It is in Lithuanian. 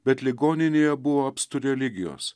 bet ligoninėje buvo apstu religijos